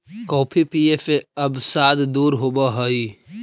coffee पीये से अवसाद दूर होब हई